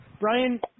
Brian